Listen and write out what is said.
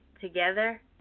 together